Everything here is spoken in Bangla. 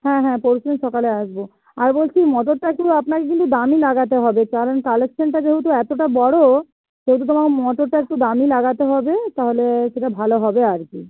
হ্যাঁ হ্যাঁ পরশুই সকালে আসবো আর বলছি মোটরটা একটু আপনার কিন্তু দামি লাগাতে হবে কারণ কানেকশনটা যেহেতু এতটা বড় সেহেতু তোমাকে মোটরটা একটু দামি লাগাতে হবে তাহলে সেটা ভালো হবে আর কি